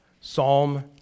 Psalm